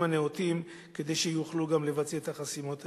הנאותים כדי שיוכלו לבצע את החסימות האלה.